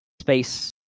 space